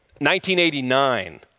1989